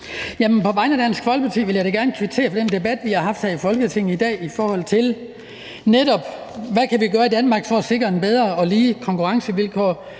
På vegne af Dansk Folkeparti vil jeg da gerne kvittere for den debat, vi har haft her i Folketinget i dag, om, hvad vi kan gøre i Danmark for at sikre bedre og mere lige konkurrencevilkår